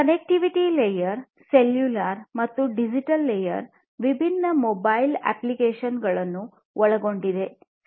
connectivity layer cellular ಮತ್ತು digital layer ವಿಭಿನ್ನ mobile ಅಪ್ಲಿಕೇಶನ್ಗಳನ್ನು ಒಳಗೊಂಡಿದೆ